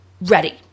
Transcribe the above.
ready